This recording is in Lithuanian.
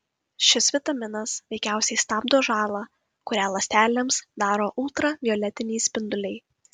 šis vitaminas veikiausiai stabdo žalą kurią ląstelėms daro ultravioletiniai spinduliai